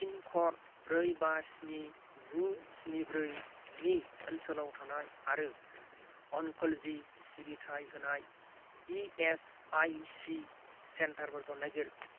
पिनक'ड ब्रै बा स्नि गु स्नि ब्रै नि ओनसोलाव थानाय आरो अनक'ल'जि सिबिथाय होनाय इ एस आइ सि सेन्टारफोरखौ नागिर